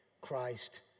Christ